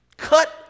Cut